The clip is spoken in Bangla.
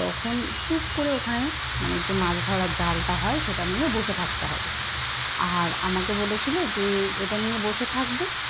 তখন চুপ করে ওখানে মানে যে মাছ ধরার জালটা হয় সেটা নিয়ে বসে থাকতে হবে আর আমাকে বলেছিলো যে এটা নিয়ে বসে থাকবে